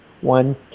one